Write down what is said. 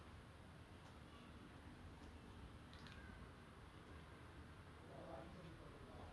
err everyone in the orphanage so the people of the deadly class like the s~ that secret society